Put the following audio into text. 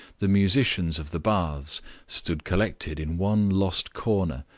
the musicians of the baths stood collected in one lost corner,